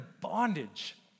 bondage